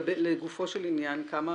לגופו של עניין, כמה